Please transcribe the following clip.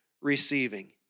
receiving